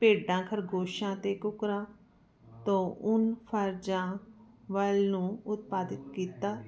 ਭੇਡਾਂ ਖਰਗੋਸ਼ਾਂ ਤੇ ਕੁਕਰਾ ਤੋ ਉੱਨ ਫਰ ਜਾ ਵਲ ਨੂੰ ਉਤਪਾਦਿਤ ਕੀਤਾ